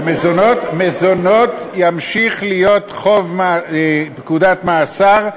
מזונות ימשיכו להיות חוב בפקודת מאסר,